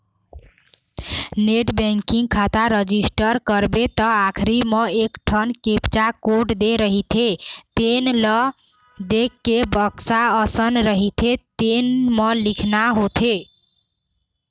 net banking खाता register करबे त आखरी म एकठन कैप्चा कोड दे रहिथे तेन ल देखके बक्सा असन रहिथे तेन म लिखना होथे